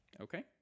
Okay